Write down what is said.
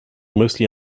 mostly